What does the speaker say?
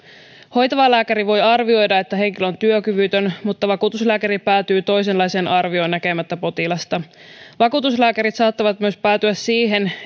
hoitava lääkäri voi arvioida että henkilö on työkyvytön mutta vakuutuslääkäri päätyy toisenlaiseen arvioon näkemättä potilasta vakuutuslääkärit saattavat myös päätyä siihen